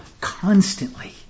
constantly